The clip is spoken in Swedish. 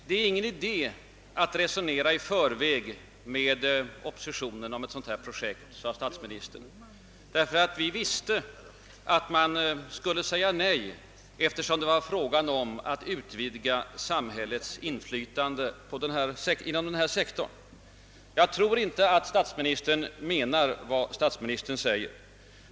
»Det är ingen idé att resonera i förväg med oppositionen om ett sådant här projekt», sade statsministern, »ty vi visste att man skulle säga nej, eftersom det var fråga om att utvidga samhällets inflytande.» Jag tror inte att statsministern menar vad statsministern säger.